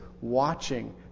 watching